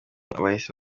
bahise